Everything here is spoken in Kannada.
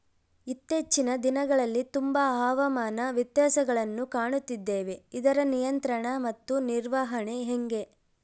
ಇತ್ತೇಚಿನ ದಿನಗಳಲ್ಲಿ ತುಂಬಾ ಹವಾಮಾನ ವ್ಯತ್ಯಾಸಗಳನ್ನು ಕಾಣುತ್ತಿದ್ದೇವೆ ಇದರ ನಿಯಂತ್ರಣ ಮತ್ತು ನಿರ್ವಹಣೆ ಹೆಂಗೆ?